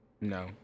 No